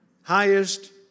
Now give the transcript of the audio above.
highest